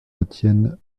retiennent